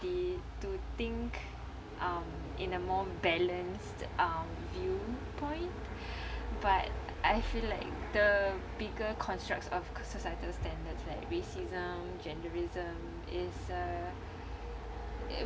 community to think um in a more balanced um viewpoint but I feel like the bigger constructs of societal standards like racism genderism is uh